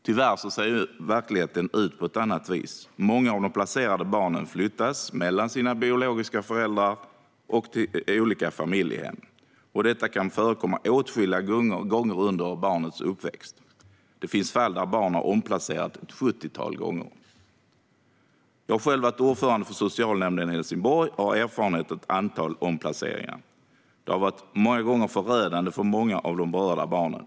Tyvärr ser verkligheten ut på ett annat vis. Många av de placerade barnen flyttas mellan sina biologiska föräldrar och olika familjehem, och detta kan förekomma åtskilliga gånger under barnets uppväxt. Det finns fall där barn har omplacerats ett sjuttiotal gånger. Jag har själv varit ordförande för socialnämnden i Helsingborg och har erfarenhet av ett antal omplaceringar. Det har många gånger varit förödande för de berörda barnen.